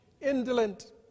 indolent